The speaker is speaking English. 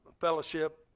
fellowship